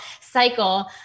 cycle